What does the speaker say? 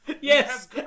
Yes